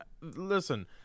listen